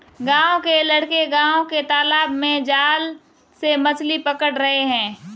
गांव के लड़के गांव के तालाब में जाल से मछली पकड़ रहे हैं